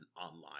online